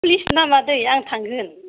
fleece ना मादै आं थांगोन